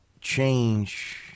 change